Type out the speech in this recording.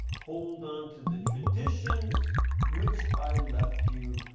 hold on to the traditions which i left you,